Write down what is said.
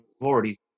already